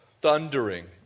thundering